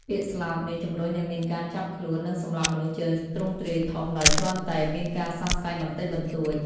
ពាក្យស្លោកនេះជំរុញឱ្យមានការចាប់ខ្លួន និងសម្លាប់មនុស្សជាទ្រង់ទ្រាយធំដោយគ្រាន់តែមានការសង្ស័យបន្តិចបន្តួច។